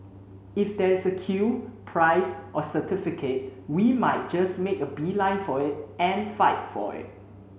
if there's a queue prize or certificate we might just make a beeline for it and fight for it